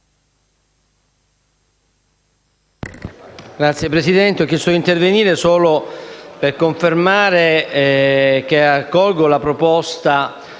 Signor Presidente, ho chiesto di intervenire solo per confermare che accolgo la proposta